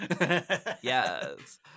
Yes